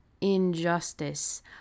injustice